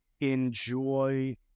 enjoy